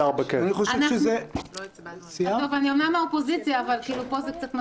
אני אמנם מן האופוזיציה, פה זה קצת מצחיק,